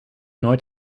nooit